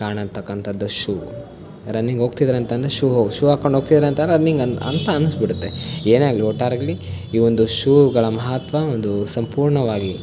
ಕಾಣತಕ್ಕಂಥದ್ದು shoe running ಹೋಗ್ತಿದ್ದಾರೆ ಅಂತ ಅಂದರೆ ಶೂ ಶೂ ಹಾಕ್ಕೊಂಡು ಹೋಗ್ತಿದ್ದಾರೆ ಅಂತ ಅಂದರೆ ರನ್ನಿಂಗ್ ಅನ್ ಅಂತ ಅನ್ನಿಸ್ಬಿಡುತ್ತೆ ಏನೇ ಆಗಲಿ ಒಟ್ಟಾರೆಯಲ್ಲಿ ಈ ಒಂದು ಶೂಗಳ ಮಹತ್ವ ಒಂದು ಸಂಪೂರ್ಣವಾಗಿ